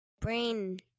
Brain